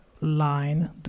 line